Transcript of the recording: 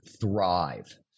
thrive